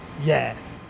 Yes